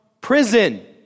Prison